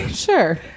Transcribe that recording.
Sure